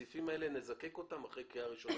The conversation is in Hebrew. בסעיפים האלה, אנחנו נזקק אותם אחרי קריאה ראשונה.